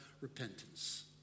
repentance